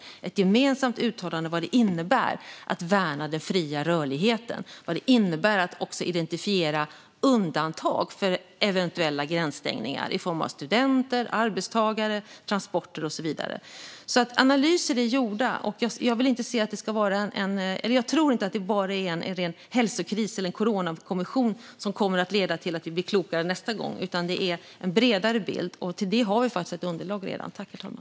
Det är ett gemensamt uttalande om vad det innebär att värna den fria rörligheten och vad det innebär att identifiera undantag för eventuella gränsstängningar i form av studenter, arbetstagare, transporter och så vidare. Analyser är gjorda. Jag tror inte att det bara är en ren hälsokris eller en coronakommission som kommer att leda till att vi blir klokare nästa gång, utan det är en bredare bild. Till det har vi faktiskt redan ett underlag.